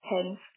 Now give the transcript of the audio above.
Hence